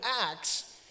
Acts